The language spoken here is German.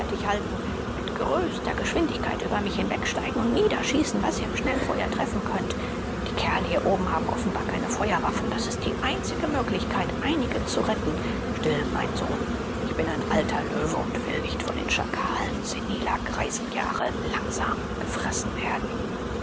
halten mit größter geschwindigkeit über mich hinwegsteigen und niederschießen was ihr im schnellfeuer treffen könnt die kerle hier oben haben offenbar keine feuerwaffen das ist die einzige möglichkeit einige zu retten still mein sohn ich bin ein alter löwe und will nicht von den schakalen seniler greisenjahre langsam gefressen werden